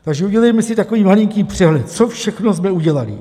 Takže udělejme si takový malinký přehled, co všechno jsme udělali.